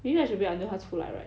maybe I should wait until 它出来 right